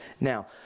Now